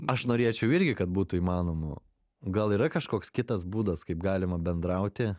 aš norėčiau irgi kad būtų įmanoma gal yra kažkoks kitas būdas kaip galima bendrauti